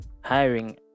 hiring